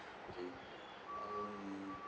okay um